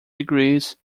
degrees